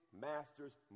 master's